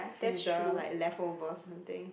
freezer like leftover something